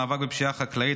מאבק בפשיעה החקלאית),